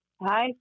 Hi